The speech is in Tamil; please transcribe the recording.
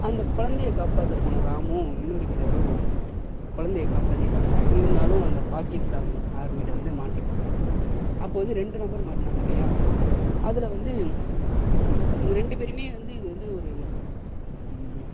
அந்த குழந்தைய காப்பாற்ற போன ராமும் இன்னொரு வீரரும் கொழந்தைய காப்பாற்றிடுவாங்க இருந்தாலும் அந்த பாகிஸ்தான் ஆர்மிகிட்ட வந்து மாட்டிப்பாங்க அப்போது வந்து ரெண்டு நபர் மாட்டினாங்கயில்லயா அதில் வந்து ரெண்டு பேரையுமே இது வந்து ஒரு